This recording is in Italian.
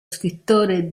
scrittore